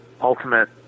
ultimate